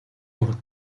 уур